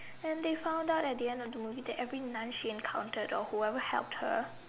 and they found out at the end of the movie that every Nun she encountered or whoever helped her